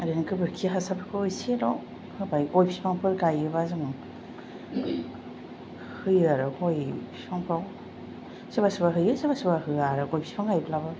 ओरैनो गोबोरखि हासारफोरखौ एसेल' होबाय गय बिफांफोर गायोबा जोङो होयो आरो गय बिफांफोराव सोरबा सोरबा होयो सोरबा सोरबा होआ आरो गय बिफां गायब्लाबो